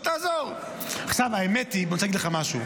האמת היא, אני רוצה להגיד לך משהו.